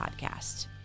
podcast